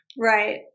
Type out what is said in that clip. Right